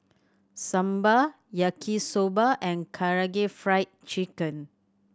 Sambar Yaki Soba and Karaage Fried Chicken